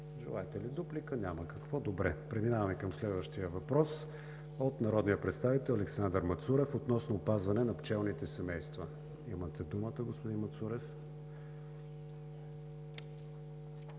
Благодаря, уважаема госпожо Сидорова. Преминаваме към следващия въпрос от народния представител Александър Мацурев относно опазване на пчелните семейства. Имате думата, господин Мацурев.